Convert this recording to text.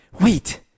wait